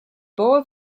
boa